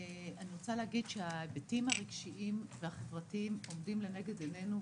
ההיבטים הרגשיים והחברתיים עומדים לנגד עינינו,